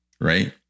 Right